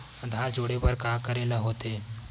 आधार जोड़े बर का करे ला होथे?